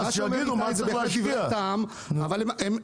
שיגידו ------ דברי טעם,